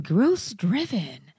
Growth-driven